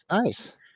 Nice